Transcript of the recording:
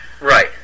right